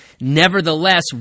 nevertheless